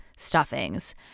stuffings